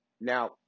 Now